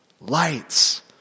Lights